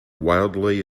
wildly